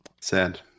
Sad